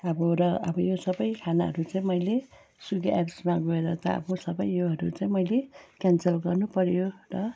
अब र अब यो सबै खानाहरू चाहिँ मैले स्विगी एप्समा गएर त अब सबै योहरू चाहिँ मैले क्यान्सल गर्नु पर्यो र